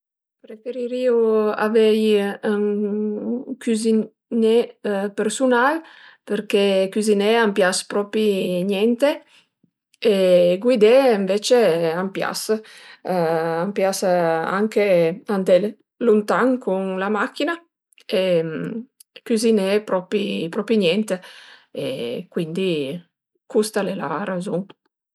Preferirìu avei ën cüziné persunal përché cüziné a m'pias propi niente e guidé ënvecce a m'pias, a m'pias anche andé luntan cun la machina e cüziné propi niente e cuindi custa al e la razun